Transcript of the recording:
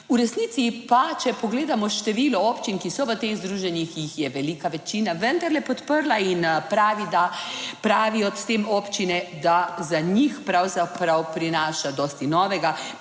V resnici pa, če pogledamo število občin, ki so v teh združenjih, jih je velika večina vendarle podprla in pravi, da, pravijo s tem občine, da za njih pravzaprav prinaša dosti novega,